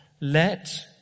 Let